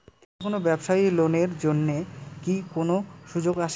যে কোনো ব্যবসায়ী লোন এর জন্যে কি কোনো সুযোগ আসে?